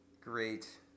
Great